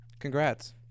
Congrats